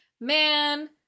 man